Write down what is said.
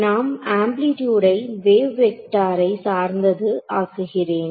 நான் ஏம்பிலிடியூடை வேவ் வெக்டரை சார்ந்தது ஆக்குகிறேன்